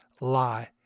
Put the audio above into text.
lie